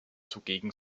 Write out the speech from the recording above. zugegen